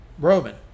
Roman